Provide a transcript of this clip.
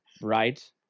Right